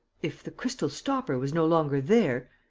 if the crystal stopper was no longer there,